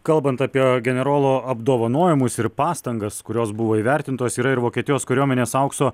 kalbant apie generolo apdovanojimus ir pastangas kurios buvo įvertintos yra ir vokietijos kariuomenės aukso